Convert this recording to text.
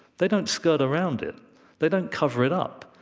they don't skirt around it they don't cover it up.